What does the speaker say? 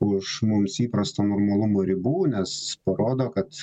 už mums įprasto normalumo ribų nes parodo kad